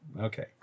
Okay